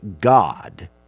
God